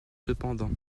cependant